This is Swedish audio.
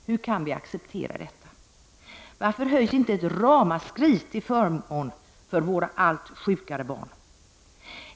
Hur kan vi acceptera detta? Varför höjs inte ett ramaskri till förmån för våra allt sjukare barn?